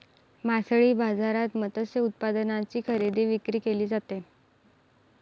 मासळी बाजारात मत्स्य उत्पादनांची खरेदी विक्री केली जाते